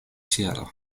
ĉielo